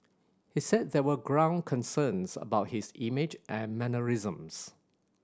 he said there were ground concerns about his image and mannerisms